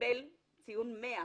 ועשה בגרות וקיבל ציון 100,